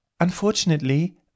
unfortunately